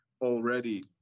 already